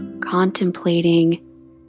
contemplating